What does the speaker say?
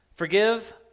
forgive